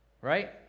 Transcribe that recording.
Right